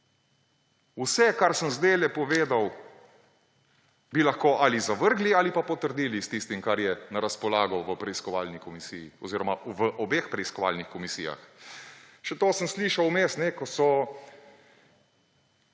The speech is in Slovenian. Vse, kar sem zdajle povedal, bi lahko ali zavrgli ali pa potrdili s tistim, kar je na razpolago v preiskovalni komisiji oziroma v obeh preiskovalnih komisijah. Še to sem slišal vmes, saj